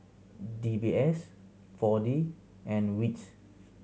D B S Four D and wits